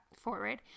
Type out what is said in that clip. forward